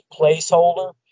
placeholder